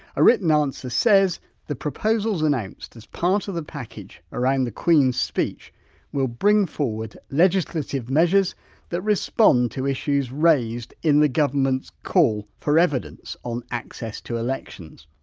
a written ah answer says the proposals announced as part of the package around the queen's speech will bring forward legislative measures that respond to issues raised in the government's call for evidence on access to elections.